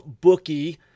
bookie